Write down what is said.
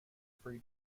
every